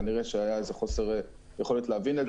כנראה שהיה חוסר יכולת להבין את זה.